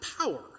power